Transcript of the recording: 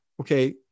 Okay